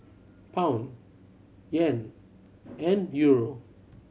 Pound Yen and Euro